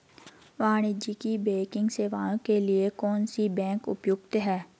वाणिज्यिक बैंकिंग सेवाएं के लिए कौन सी बैंक उपयुक्त है?